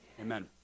amen